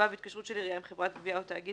(ו)התקשרות של עירייה עם חברת גבייה או תאגיד